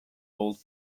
old